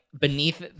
beneath